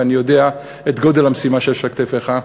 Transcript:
ואני יודע את גודל המשימה שיש על כתפיך,